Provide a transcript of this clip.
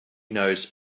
knows